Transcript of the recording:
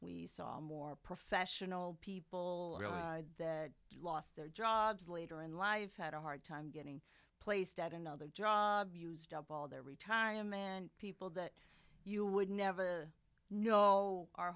we saw more professional people that lost their jobs later in life had a hard time getting placed at another job used up all their retiree a man people that you would never know